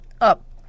up